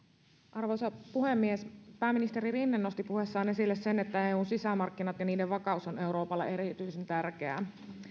arvoisa puhemies pääministeri rinne nosti puheessaan esille sen että eun sisämarkkinat ja niiden vakaus on euroopalle erityisen tärkeää